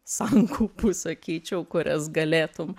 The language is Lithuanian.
sankaupų sakyčiau kurias galėtum